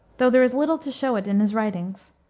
though there is little to show it in his writings,